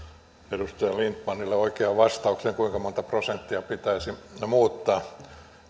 edustaja lindtmanille oikean vastauksen kuinka monta prosenttia pitäisi muuttaa koska